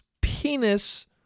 penis